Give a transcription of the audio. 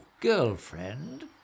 Girlfriend